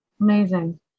amazing